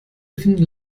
finden